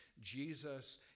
Jesus